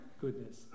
goodness